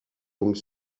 donc